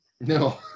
No